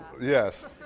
Yes